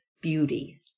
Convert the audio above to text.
beauty